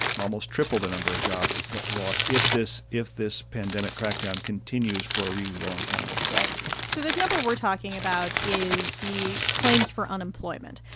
almost triple the number of jobs lost if this if this pandemic crackdown continues for a really long time right so this number we're talking about is the claims for unemployment.